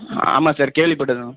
ஆமாம் சார் கேள்விப்பட்டிருக்கோம்